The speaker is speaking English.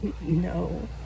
No